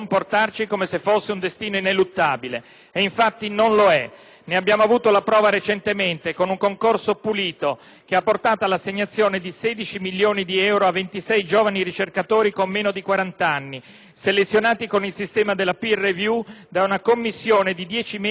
Ne abbiamo avuto la prova recentemente, con un concorso pulito che ha portato all'assegnazione di 16 milioni di euro a 26 giovani ricercatori con meno di 40 anni, selezionati con il sistema della *peer review* da una commissione di dieci membri anch'essi con meno di 40 anni. Ognuno dei vincitori